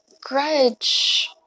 grudge